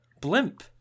Blimp